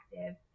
active